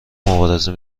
مبارزه